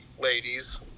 ladies